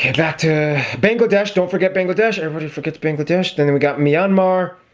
and back to bangladesh don't forget bangladesh everybody forgets bangladesh and and we got myanmar,